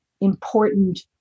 important